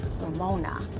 Ramona